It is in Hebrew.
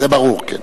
זה ברור, כן.